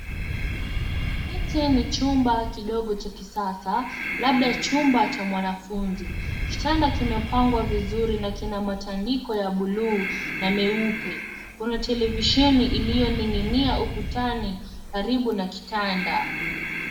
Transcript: Hichi ni chumba kidogo cha kisasa labda chumba cha mwanafunzi. Kitanda kimepangwa vizuri na kina matandiko ya buluu na meupe. Kuna televisheni iliyoning'inia ukutani karibu na kitanda.